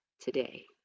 today